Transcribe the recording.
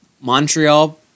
Montreal